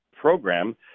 program